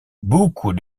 beaucoup